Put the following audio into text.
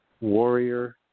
warrior